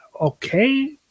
okay